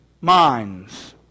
minds